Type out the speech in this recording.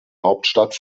hauptstadt